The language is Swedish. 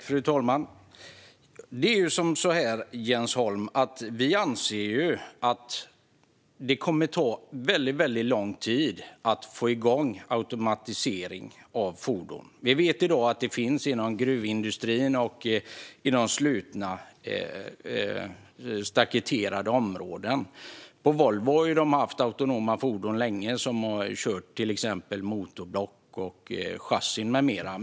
Fru talman! Det är så här, Jens Holm, att vi anser att det kommer att ta väldigt, väldigt lång tid att få igång automatisering av fordon. Vi vet att automatisering i dag finns inom gruvindustrin och i slutna, staketerade områden. På Volvo har de länge haft autonoma fordon som har kört till exempel motorblock, chassin med mera.